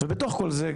ובתוך כל זה,